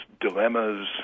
dilemmas